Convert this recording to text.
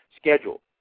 Schedule